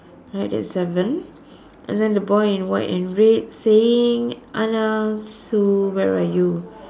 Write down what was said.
right that's seven and then the boy in white and red saying Anna Sue where are you